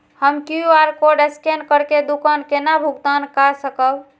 हम QR code scan करके दुकान केना भुगतान काय सकब?